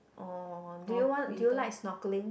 oh do you want do you like snorkeling